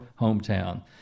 hometown